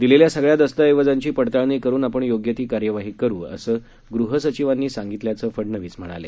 दिलेल्या सगळ्या दस्तऐवजांची पडताळणी करून आपण योग्य ती कार्यवाही करू असं गृहसचिवांनी सांगितल्याचं फडणवीस म्हणाले